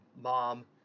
mom